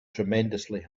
tremendously